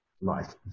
life